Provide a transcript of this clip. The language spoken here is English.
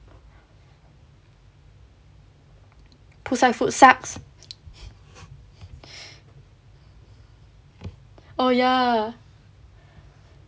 poolside food sucks oh ya